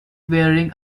wearing